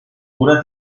cura